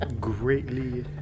Greatly